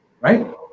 Right